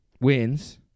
wins